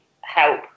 help